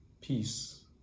peace